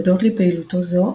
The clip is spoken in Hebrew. הודות לפעילותו זו,